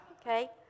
Okay